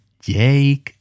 Jake